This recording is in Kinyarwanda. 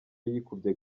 yikubye